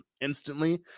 instantly